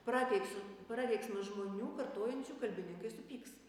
prakeiks prakeiksmas žmonių vartojančių kalbininkai supyks